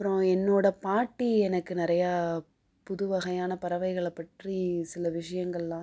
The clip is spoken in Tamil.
அப்புறம் என்னோடய பாட்டி எனக்கு நிறையா புது வகையான பறவைகளை பற்றி சில விஷயங்கள்லாம்